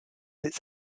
its